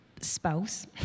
spouse